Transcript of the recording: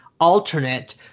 alternate